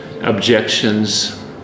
objections